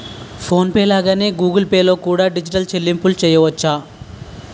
phone pay లాగానే Google Pay లో కూడా డిజిటల్ చెల్లింపులు చెయ్యొచ్చు